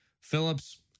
phillips